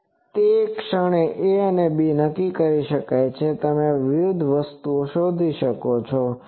તે ક્ષણે a અને b નક્કી કરી શકાય છે તમે વિવિધ વસ્તુ શોધી શકો છો